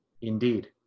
Indeed